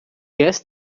guess